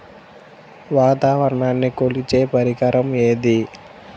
వాతావరణాన్ని కొలిచే పరికరం ఏది?